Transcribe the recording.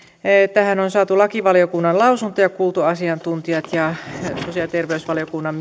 tähän on saatu lakivaliokunnan lausunto ja kuultu asiantuntijat ja sosiaali ja terveysvaliokunnan